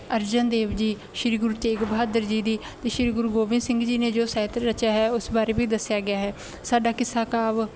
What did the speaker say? ਅਰਜਨ ਦੇਵ ਜੀ ਸ਼੍ਰੀ ਗੁਰੂ ਤੇਗ ਬਹਾਦਰ ਜੀ ਦੀ ਅਤੇ ਸ਼੍ਰੀ ਗੁਰੂ ਗੋਬਿੰਦ ਸਿੰਘ ਨੇ ਜੋ ਸਾਹਿਤ ਰਚਿਆ ਹੈ ਉਸ ਬਾਰੇ ਵੀ ਦੱਸਿਆ ਗਿਆ ਹੈ ਸਾਡਾ ਕਿੱਸਾ ਕਾਵਿ